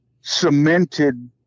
cemented